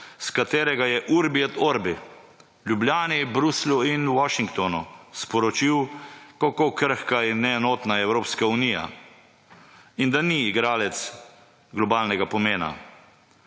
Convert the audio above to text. s katerega je Urbi et Orbi v Ljubljani, Bruslju in Washingtonu sporočil kako krhka in neenotna je Evropska unija in da ni igralec globalnega pomena.